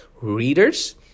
readers